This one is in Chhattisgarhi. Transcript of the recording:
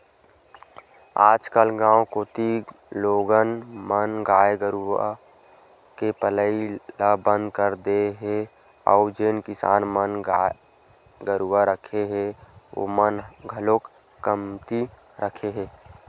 आजकल गाँव कोती लोगन मन गाय गरुवा के पलई ल बंद कर दे हे अउ जेन किसान मन ह गाय गरुवा रखे हे ओमन ह घलोक कमती रखे हे